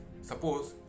Suppose